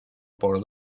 por